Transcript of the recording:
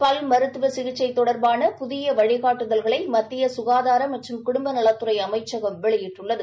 பல் மருத்துவ சிகிச்சை தொடர்பான புதிய வழிகாட்டுதல்களை மத்திய சுகாதார மற்றும் குடும்பநலத்துறை அமைச்சகம் வெளியிட்டுள்ளது